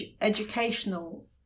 educational